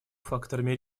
факторами